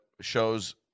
shows